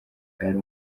ari